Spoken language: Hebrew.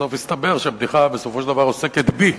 ובסוף הסתבר שהבדיחה בסופו של דבר עוסקת בי.